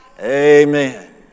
Amen